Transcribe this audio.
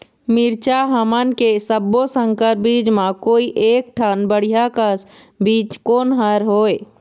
मिरचा हमन के सब्बो संकर बीज म कोई एक ठन बढ़िया कस बीज कोन हर होए?